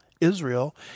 Israel